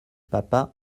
papa